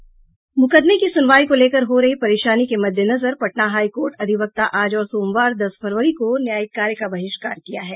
मुकदमे की सुनवाई को लेकर हो रही परेशानी के मद्देनजर पटना हाई कोर्ट अधिवक्ता आज और सोमवार दस फरवरी को न्यायिक कार्य का बहिष्कार किया है